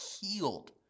healed